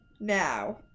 now